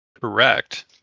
Correct